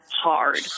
hard